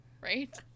Right